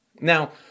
Now